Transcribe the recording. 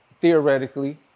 theoretically